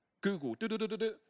Google